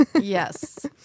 Yes